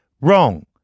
wrong